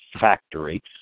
factory